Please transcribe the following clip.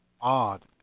odd